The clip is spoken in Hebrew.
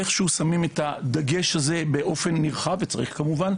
איכשהו שמים את הדגש הזה באופן נרחב וצריך כמובן,